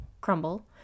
crumble